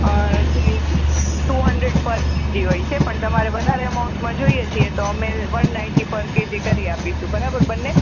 અં જે two hundred પર KG હોય છે પણ તમારે વધારે અમાઉન્ટમાં જોઇએ છીએ તો અમે વન નાઇન્ટી પર કેજી કરી આપીશું બરાબર બંને